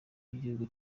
igihugu